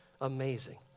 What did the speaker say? Amazing